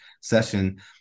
session